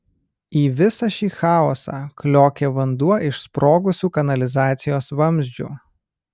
į visą šį chaosą kliokė vanduo iš sprogusių kanalizacijos vamzdžių